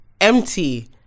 empty